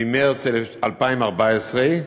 ממרס 2014,